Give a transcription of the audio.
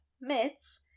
Mitts